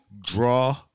draw